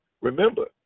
Remember